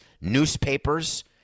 newspapers